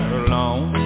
alone